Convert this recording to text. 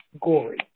gory